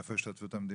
איפה השתתפות המדינה?